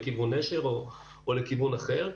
לכיוון נשר או לכיוון אחר.